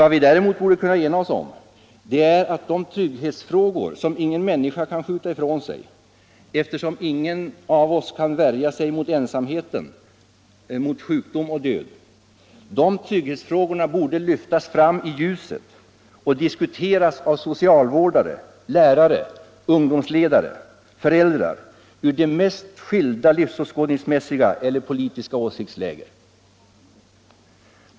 Vad vi däremot borde kunna enas om är att de trygghetsfrågor som ingen människa kan skjuta ifrån sig, eftersom ingen av oss kan värja sig mot ensamhet, sjukdom och död, borde lyftas fram i ljuset och diskuteras av socialvårdare, lärare, ungdomsledare och föräldrar ur de mest skilda livsåskådningsmässiga eller politiska åsiktsläger.